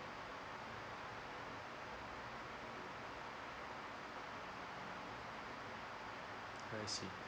I see